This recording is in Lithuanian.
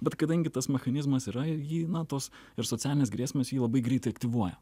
bet kadangi tas mechanizmas yra jį na tos ir socialinės grėsmės jį labai greitai aktyvuoja